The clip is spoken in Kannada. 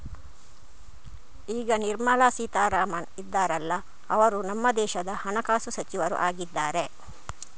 ಈಗ ನಿರ್ಮಲಾ ಸೀತಾರಾಮನ್ ಇದಾರಲ್ಲ ಅವ್ರು ನಮ್ಮ ದೇಶದ ಹಣಕಾಸು ಸಚಿವರು ಆಗಿದ್ದಾರೆ